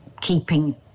keeping